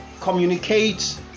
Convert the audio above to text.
communicate